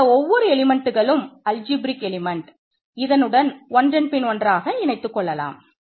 இதனுடன் ஒன்றன்பின் ஒன்றாக இணைத்துக் கொள்ளலாம்